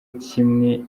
kimwe